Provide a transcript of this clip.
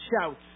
shouts